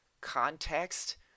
context